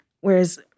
Whereas